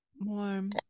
warm